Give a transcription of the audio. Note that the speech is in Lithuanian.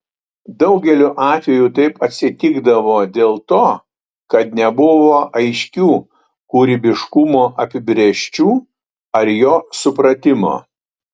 daugeliu atveju taip atsitikdavo dėl to kad nebuvo aiškių kūrybiškumo apibrėžčių ar jo supratimo